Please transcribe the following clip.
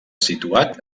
situat